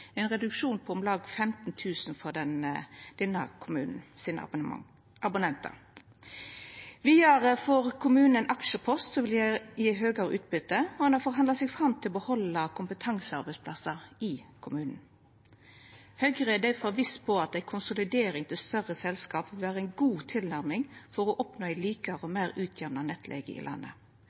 ein reduksjon på om lag 15 mill. kr for kommunen sine abonnentar. Vidare får kommunen ein aksjepost som vil gje høgare utbytte, og ein har forhandla seg fram til å behalda kompetansearbeidsplassar i kommunen. Høgre er difor viss på at ei konsolidering til større selskap vil vera ei god tilnærming for å oppnå ei likare og meir utjamna nettleige i landet.